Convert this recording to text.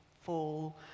fall